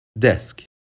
Desk